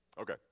Okay